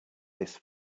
this